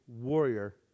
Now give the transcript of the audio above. warrior